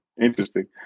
interesting